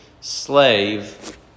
slave